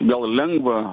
gal lengva